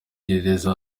gereza